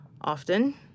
often